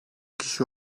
kişi